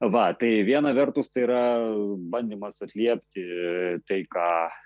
va tai viena vertus tai yra bandymas atliepti tai ką